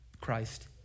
Christ